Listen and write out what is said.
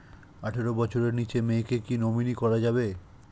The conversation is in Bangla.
আঠারো বছরের নিচে মেয়েকে কী নমিনি করা যাবে?